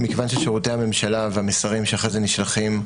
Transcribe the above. מכיוון ששירותי הממשלה והמסרים שאחרי זה נשלחים,